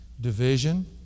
Division